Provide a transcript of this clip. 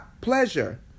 pleasure